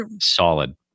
solid